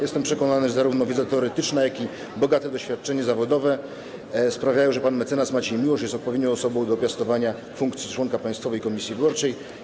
Jestem przekonany, że zarówno wiedza teoretyczna, jak i bogate doświadczenie zawodowe sprawiają, że pan mecenas Maciej Miłosz jest odpowiednią osobą do piastowania funkcji członka Państwowej Komisji Wyborczej.